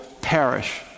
perish